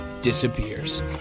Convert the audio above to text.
disappears